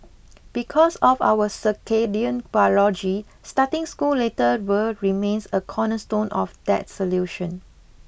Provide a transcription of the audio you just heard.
because of our circadian biology starting school later remains a cornerstone of that solution